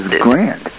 grand